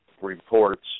reports